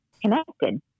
connected